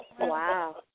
Wow